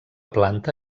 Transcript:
planta